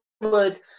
words